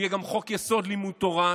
ויהיה גם חוק-יסוד: לימוד תורה,